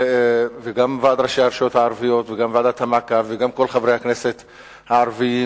וגם ועד ראשי הרשויות הערביות וגם ועדת המעקב וגם כל חברי הכנסת הערבים